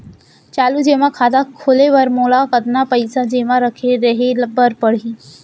चालू जेमा खाता खोले बर मोला कतना पइसा जेमा रखे रहे बर पड़ही?